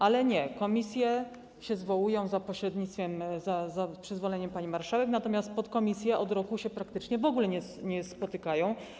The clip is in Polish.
Ale nie, komisje się zwołują za pośrednictwem... za przyzwoleniem pani marszałek, natomiast podkomisje od roku praktycznie w ogóle się nie spotykają.